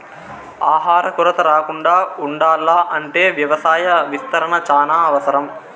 ఆహార కొరత రాకుండా ఉండాల్ల అంటే వ్యవసాయ విస్తరణ చానా అవసరం